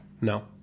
no